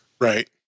Right